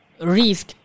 risk